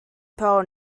pearl